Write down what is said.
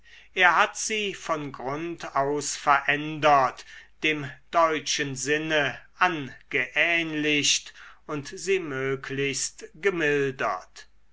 er hat sie von grund aus verändert dem deutschen sinne angeähnlicht und sie möglichst gemildert